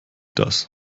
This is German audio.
das